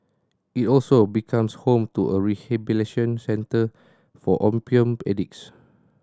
it also becomes home to a rehabilitation centre for opium addicts